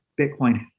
Bitcoin